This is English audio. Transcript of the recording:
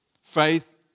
Faith